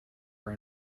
are